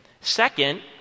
Second